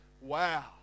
Wow